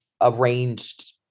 arranged